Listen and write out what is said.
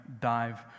dive